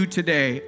today